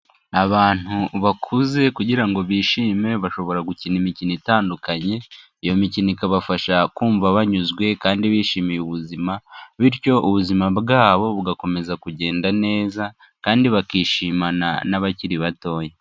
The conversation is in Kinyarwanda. Abantu bakuze kugira ngo bishime bashobora gukina imikino itandukanye, iyo mikino ikabafasha kumva banyuzwe kandi bishimiye ubuzima, bityo ubuzima bwabo bugakomeza kugenda neza kandi bakishimana n'abakiri batoya.